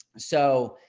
so,